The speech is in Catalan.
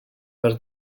per